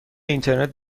اینترنت